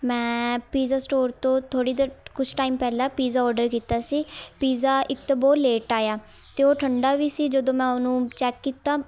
ਮੈਂ pizza store ਤੋਂ ਥੋੜ੍ਹੀ ਦੇਰ ਕੁਛ ਟਾਈਮ ਪਹਿਲਾਂ ਪੀਜ਼ਾ ਔਡਰ ਕੀਤਾ ਸੀ ਪੀਜ਼ਾ ਇੱਕ ਤਾਂ ਬਹੁਤ ਲੇਟ ਆਇਆ ਅਤੇ ਉਹ ਠੰਡਾ ਵੀ ਸੀ ਜਦੋਂ ਮੈਂ ਉਹਨੂੰ ਚੈੱਕ ਕੀਤਾ